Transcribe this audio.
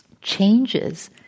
changes